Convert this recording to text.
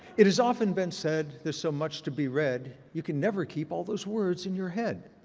it has often been said there's so much to be read you can never keep all those words in your head.